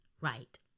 Right